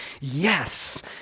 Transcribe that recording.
yes